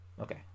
Okay